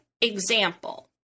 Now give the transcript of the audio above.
example